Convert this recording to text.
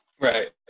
Right